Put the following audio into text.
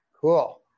Cool